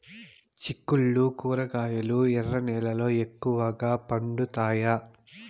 చిక్కుళ్లు కూరగాయలు ఎర్ర నేలల్లో ఎక్కువగా పండుతాయా